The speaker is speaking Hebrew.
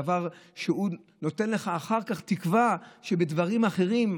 דבר שנותן לך אחר כך תקווה שבדברים אחרים,